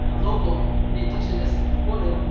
ah local, an indigenous woman.